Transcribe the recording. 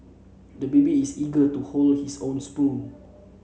the baby is eager to hold his own spoon